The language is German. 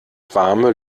warme